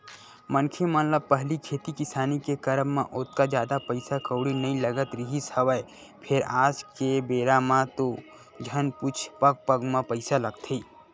मनखे मन ल पहिली खेती किसानी के करब म ओतका जादा पइसा कउड़ी नइ लगत रिहिस हवय फेर आज के बेरा म तो झन पुछ पग पग म पइसा लगथे